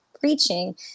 preaching